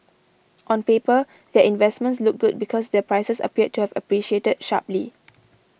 on paper their investments look good because their prices appeared to have appreciated sharply